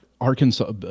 Arkansas